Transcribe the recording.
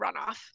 runoff